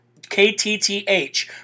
KTTH